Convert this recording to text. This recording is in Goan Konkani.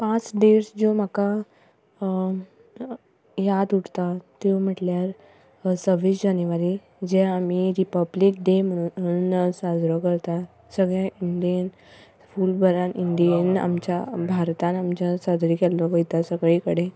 पांच डॅट्स ज्यो म्हाका याद उरता त्यो म्हणल्यार सव्वीस जानेवरी जें आमी रिपब्लीक डॅ म्हणून साजरो करतात सगळ्या इंडियेंत फूल भारतान इंडियेंत आमच्या भारतांत आमच्या साजरो केल्लो वयता सगळे कडेन